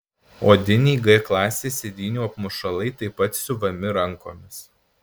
odiniai g klasės sėdynių apmušalai taip pat siuvami rankomis